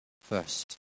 first